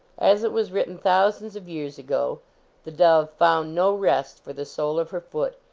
as it was written thousands of years ago the dove found no rest for the sole of her foot,